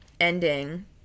ending